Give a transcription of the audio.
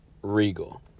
regal